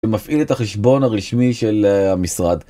ומפעיל את החשבון הרשמי של המשרד.